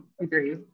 agree